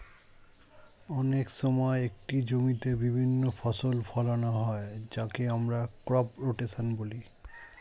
অনেক সময় একটি জমিতে বিভিন্ন ফসল ফোলানো হয় যাকে আমরা ক্রপ রোটেশন বলি